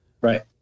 right